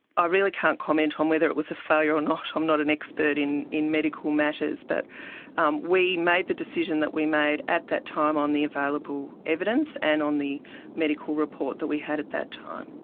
i really can't comment on um whether it was a failure or not, i'm not an expert in in medical matters. but um we made the decision that we made at that time on the available evidence and on the medical report that we had at that time.